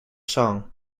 song